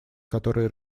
которые